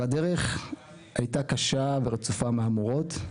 והדרך הייתה קשה ורצופת מהמורות,